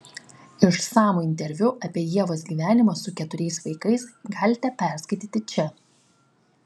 išsamų interviu apie ievos gyvenimą su keturiais vaikais galite perskaityti čia